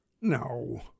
No